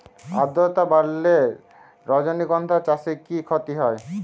আদ্রর্তা বাড়লে রজনীগন্ধা চাষে কি ক্ষতি হয়?